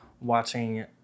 watching